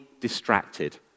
distracted